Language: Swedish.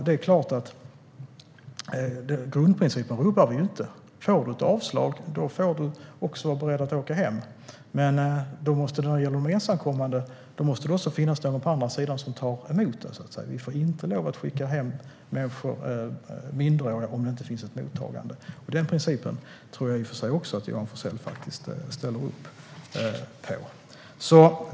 Vi rubbar inte grundprincipen: Får du ett avslag får du också vara beredd att åka hem. Men då måste det när det gäller de ensamkommande också finnas någon på andra sidan som tar emot. Vi får inte skicka hem minderåriga om det inte finns ett mottagande. Den principen tror jag att också Johan Forssell ställer upp på.